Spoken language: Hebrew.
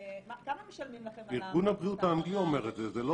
כמה משלמים לכם על --- ארגון הבריאות הריאות האנגלי אומר את זה.